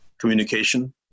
communication